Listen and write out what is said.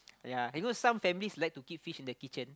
yea you know some families like to keep fish in the kitchen